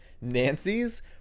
Nancy's